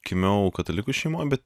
gimiau katalikų šeimoj bet